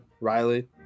Riley